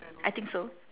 I think so